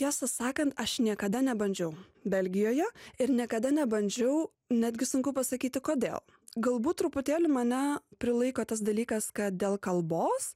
tiesą sakant aš niekada nebandžiau belgijoje ir niekada nebandžiau netgi sunku pasakyti kodėl galbūt truputėlį mane prilaiko tas dalykas kad dėl kalbos